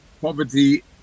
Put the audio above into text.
poverty